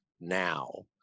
now